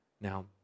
Now